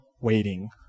waiting